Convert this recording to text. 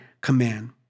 command